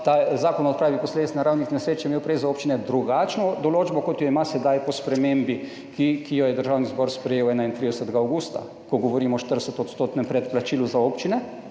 ta Zakon o odpravi posledic naravnih nesreč, je imel prej za občine drugačno določbo kot jo ima sedaj po spremembi, ki jo je Državni zbor sprejel 31. avgusta, ko govorimo o 40 % predplačilu za občine.